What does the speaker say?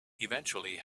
eventually